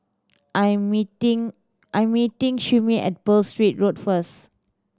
I am meeting I am meeting Shyheim at Pearl's Street Road first